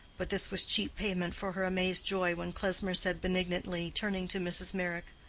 but this was cheap payment for her amazed joy when klesmer said benignantly, turning to mrs. meyrick,